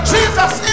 Jesus